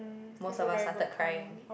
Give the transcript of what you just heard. most of us started crying